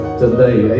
today